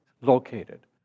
located